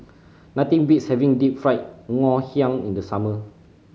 nothing beats having Deep Fried Ngoh Hiang in the summer